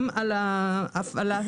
רישיון הפעלת